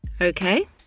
Okay